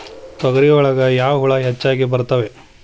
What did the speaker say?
ತೊಗರಿ ಒಳಗ ಯಾವ ಹುಳ ಹೆಚ್ಚಾಗಿ ಬರ್ತವೆ?